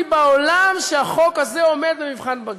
בעולם שהחוק הזה עומד במבחן בג"ץ.